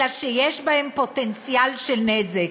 אלא שיש בהם פוטנציאל של נזק,